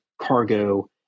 cargo